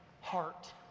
heart